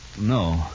No